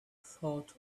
thought